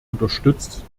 unterstützt